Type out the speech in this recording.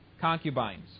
concubines